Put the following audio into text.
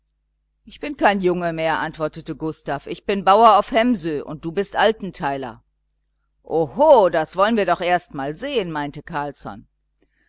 ich bin kein junge mehr antwortete gustav ich bin bauer auf hemsö und du bist altenteiler oho das wollen wir doch erst einmal sehen meinte